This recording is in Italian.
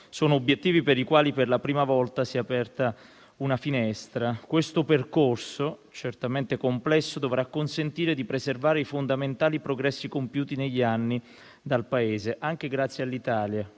sono obiettivi per i quali per la prima volta si è aperta una finestra. Questo percorso, certamente complesso, dovrà consentire di preservare i fondamentali progressi compiuti negli anni dal Paese, anche grazie all'Italia